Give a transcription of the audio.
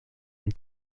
une